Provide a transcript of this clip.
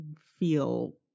feel